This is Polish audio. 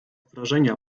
wrażenia